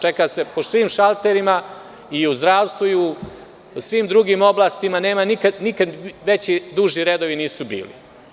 Čeka se po svim šalterima i u zdravstvu, i u svim drugim oblastima, nikad duži redovi nisu bili.